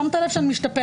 שמת לב שאני משתפרת.